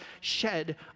shed